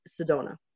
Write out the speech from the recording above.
Sedona